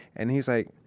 and he was like,